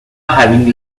having